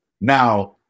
now